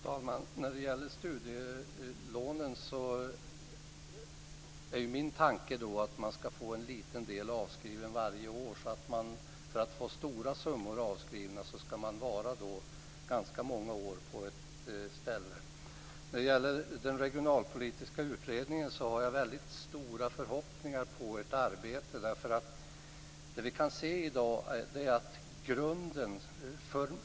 Fru talman! När det gäller studielånen är min tanke att man ska få en liten del avskriven varje år. För att få stora summor avskrivna ska man vara ganska många år på ett ställe. Jag har väldigt stora förhoppningar på Regionalpolitiska utredningens arbete.